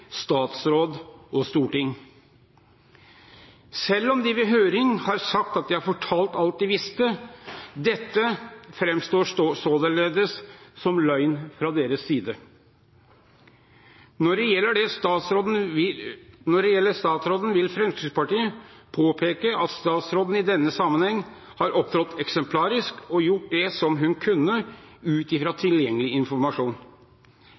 statsråd og storting, selv om de i høring har sagt at de har fortalt alt de visste. Dette framstår således som løgn fra deres side. Når det gjelder statsråden, vil Fremskrittspartiet påpeke at statsråden i denne sammenheng har opptrådt eksemplarisk og gjort det hun kunne ut fra tilgjengelig informasjon.